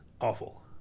awful